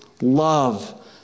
love